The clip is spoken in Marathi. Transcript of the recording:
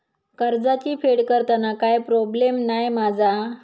कर्जाची फेड करताना काय प्रोब्लेम नाय मा जा?